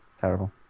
Terrible